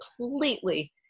completely